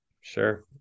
Sure